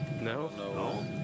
No